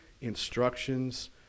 instructions